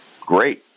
great